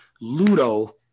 ludo